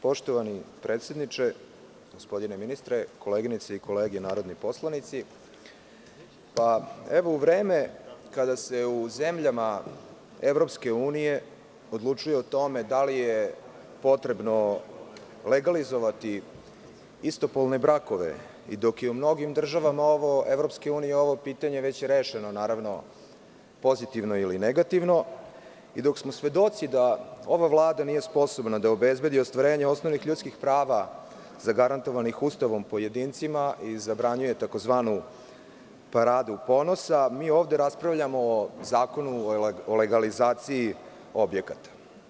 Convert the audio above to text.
Poštovani predsedniče, gospodine ministre, koleginice i kolege narodni poslanici, u vreme kada se u zemljama EU odlučuje o tome da li je potrebno legalizovati istopolne brakove, dok je u mnogim državama EU ovo pitanje već rešeno, naravno, pozitivno ili negativno, dok smo svedoci da ova vlada nije sposobna da obezbedi ostvarenje osnovnih ljudskih prava zagarantovanih Ustavom pojedincima i zabranjuje tzv. „Paradu ponosa“, mi ovde raspravljamo o Zakonu o legalizaciji objekata.